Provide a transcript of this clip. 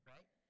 Right